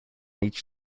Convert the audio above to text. each